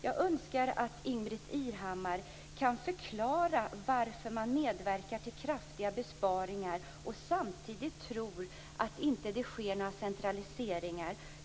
Jag önskar att Ingbritt Irhammar kunde förklara varför man medverkar till kraftiga besparingar och samtidigt tror att det inte kommer att ske några centraliseringar.